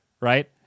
right